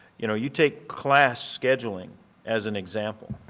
you know, you take class scheduling as an example.